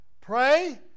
Pray